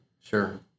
Sure